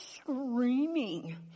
screaming